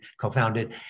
co-founded